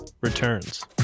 returns